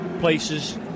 places